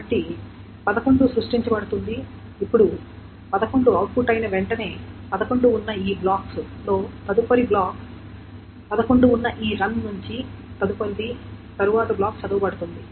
కాబట్టి 11 సృష్టించబడుతుంది ఇప్పుడు 11 అవుట్పుట్ అయిన వెంటనే 11 ఉన్న ఈ బ్లాక్స్ లో తదుపరి బ్లాక్ 11 ఉన్న ఈ రన్ నుండి తదుపరిది తరువాత బ్లాక్ చదవబడుతుంది